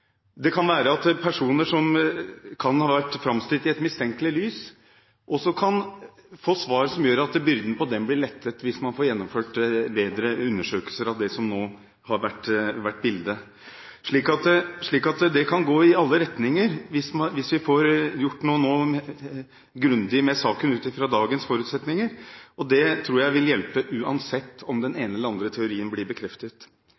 Det kan være at personer som kan ha vært framstilt i et mistenkelig lys, også kan få svar som gjør at byrden på dem blir lettet hvis man får gjennomført bedre undersøkelser av det som nå har vært bildet. Det kan gå i alle retninger. Hvis vi nå får gjort noe grundig med saken ut fra dagens forutsetninger, tror jeg det vil hjelpe uansett om den ene eller andre teorien blir bekreftet.